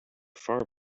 far